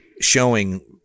showing